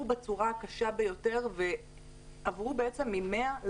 בצורה הקשה ביותר ועברו ממאה לאפס.